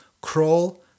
Crawl